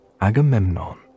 Agamemnon